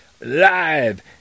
live